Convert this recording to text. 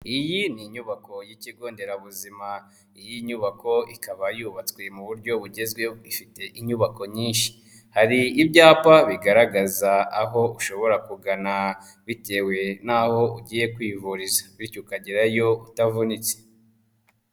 Iyi ni inyubako y'ikigo nderabuzima iyi nyubako ikaba yubatswe mu buryo bugezweho. Ifite inyubako nyinshi. Hari ibyapa bigaragaza aho ushobora kugana bitewe n'aho ugiye kwivuriza bityo ukagerayo utavunitse.